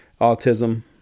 autism